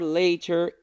later